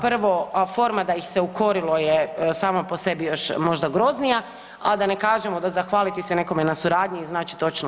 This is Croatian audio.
Prvo forma da ih se ukorilo je samo po sebi još možda groznija, a da ne kažemo da zahvaliti se nekome na suradnji znači točno.